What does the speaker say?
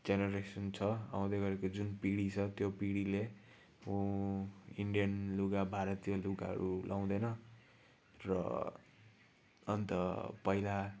generation छ आउँदै गरेको जुन पिंँढी छ त्यो पिँढीले इन्डियन लुगा भारतीय लुगाहरू लाउँदैन र अन्त पहिला